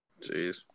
Jeez